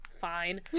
fine